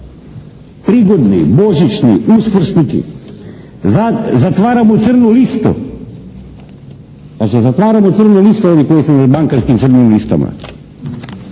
prigodni božićni, uskrsni, zatvaramo crnu listu. Pazite zatvaramo crnu listu onih koji su na bankarskim crnim listama.